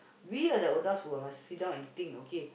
we are the adults who must sit down and think okay